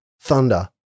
thunder